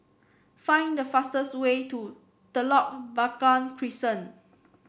find the fastest way to Telok Blangah Crescent